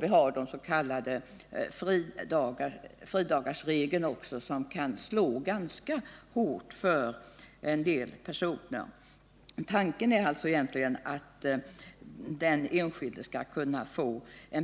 Vi har också den s.k. fridagarsregeln, som kan drabba en del personer ganska hårt. Tanken är alltså att den enskilde skall kunna få